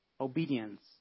obedience